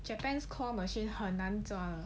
japan's claw machine 很难找